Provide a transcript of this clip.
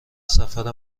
سفر